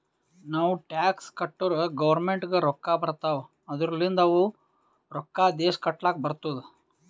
ನಾವ್ ಟ್ಯಾಕ್ಸ್ ಕಟ್ಟುರ್ ಗೌರ್ಮೆಂಟ್ಗ್ ರೊಕ್ಕಾ ಬರ್ತಾವ್ ಅದೂರ್ಲಿಂದ್ ಅವು ರೊಕ್ಕಾ ದೇಶ ಕಟ್ಲಕ್ ಬರ್ತುದ್